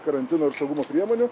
karantino ir saugumo priemonių